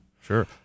sure